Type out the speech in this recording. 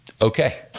okay